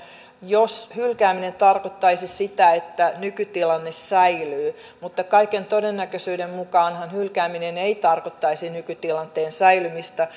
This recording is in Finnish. jos hylkääminen tarkoittaisi sitä että nykytilanne säilyy mutta kaiken todennäköisyyden mukaanhan hylkääminen ei tarkoittaisi nykytilanteen säilymistä